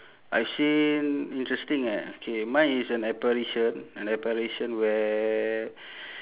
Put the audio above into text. I've seen interesting eh okay mine is an apparition an apparition where